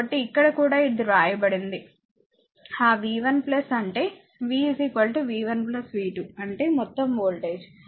కాబట్టి ఇక్కడ కూడా ఇది వ్రాయబడింది ఆ v1 అంటే v v1 v2 అంటే మొత్తం వోల్టేజ్